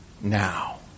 now